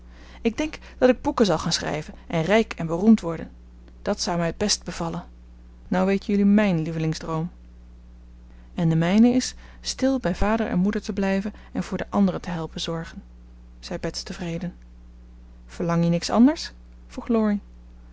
ik denk dat ik boeken zal gaan schrijven en rijk en beroemd worden dat zou mij het best bevallen nou weet jullie mijn lievelingsdroom en de mijne is stil bij vader en moeder te blijven en voor de anderen te helpen zorgen zei bets tevreden verlang je niks anders